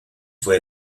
fue